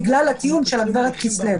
בגלל הטיעון של הגב' כסלו.